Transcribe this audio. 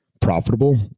profitable